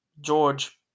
George